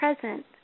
present